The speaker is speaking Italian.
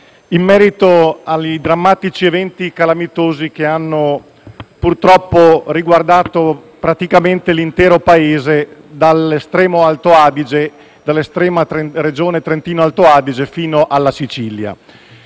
in merito ai drammatici eventi calamitosi che hanno purtroppo riguardato praticamente l'intero Paese, dall'estrema Regione del Trentino-Alto Adige fino alla Sicilia.